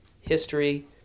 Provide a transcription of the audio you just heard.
history